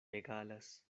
egalas